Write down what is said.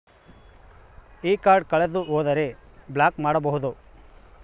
ಈ ಕಾರ್ಡ್ ಕಳೆದು ಹೋದರೆ ಬ್ಲಾಕ್ ಮಾಡಬಹುದು?